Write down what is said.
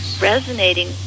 resonating